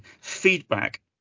feedback